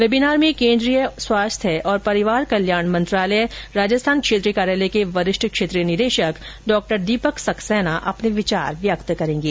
webinar में केंद्रीय स्वास्थ्य और परिवार कल्याण मंत्रालय राजस्थान क्षेत्रीय कार्यालय के वरिष्ठ क्षेत्रीय निदेशक डॉ दीपक सक्सेना अपने विचार व्यक्त करेंगे